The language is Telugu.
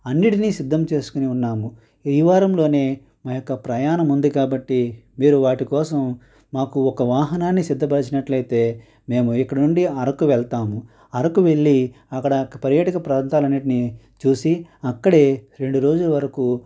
అన్నింటినీ సిద్ధం చేసుకుని ఉన్నాము ఈ వారంలోనే మా యొక్క ప్రయాణం ఉంది కాబట్టి మీరు వాటికోసం మాకు ఒక వాహనాన్ని సిద్ధపరిచినట్లయితే మేము ఇక్కడ నుండి అరకు వెళ్తాము అరకు వెళ్ళి అక్కడ పర్యటక ప్రాంతాలు అన్నింటిని చూసి అక్కడే రెండు రోజుల వరకు